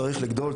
צריך לגדול,